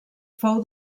fou